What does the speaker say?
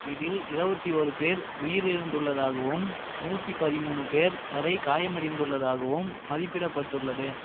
இதில் இருவத்தி ஓர் பேர் உயிரிழந்துள்ளதாகவும் நூற்றி பதிமூணு பேர் வரை காயமடைந்துள்ளதாகவும் மதிப்பிடப்பட்டுள்ளது